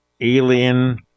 alien